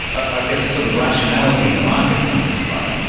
i guess a sort of rationality in the market comes into play?